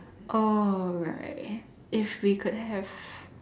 oh right if we could have